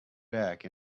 back